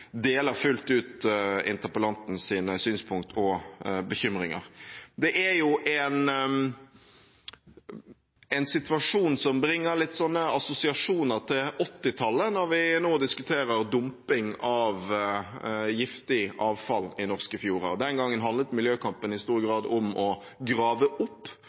deler fullt ut interpellantens synspunkter og bekymringer. Det er en situasjon som bringer assosiasjoner til 1980-tallet når vi nå diskuterer dumping av giftig avfall i norske fjorder. Den gang handlet miljøkampen i stor grad om å grave opp